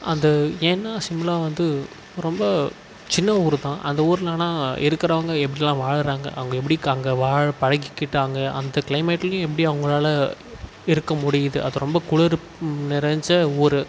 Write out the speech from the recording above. அந்த ஏன்னா சிம்லா வந்து ரொம்ப சின்ன ஊர் தான் அந்த ஊர்ல இருக்கிறவங்க எப்படிலாம் வாழுறாங்க அவங்க எப்படி அங்கே வாழ பழகிக்கிட்டாங்க அந்த க்ளைமேட்லியும் எப்படி அவங்களால இருக்க முடியுது அது ரொம்ப குளிர் நிறைஞ்ச ஊர்